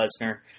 Lesnar